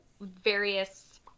various